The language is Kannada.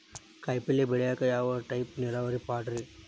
ಕಾಯಿಪಲ್ಯ ಬೆಳಿಯಾಕ ಯಾವ ಟೈಪ್ ನೇರಾವರಿ ಪಾಡ್ರೇ?